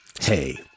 Hey